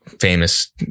famous